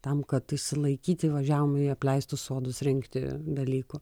tam kad išsilaikyti važiavom į apleistus sodus rinkti dalykų